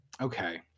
Okay